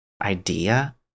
idea